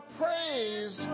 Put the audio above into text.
praise